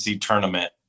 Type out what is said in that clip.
tournament